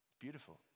Beautiful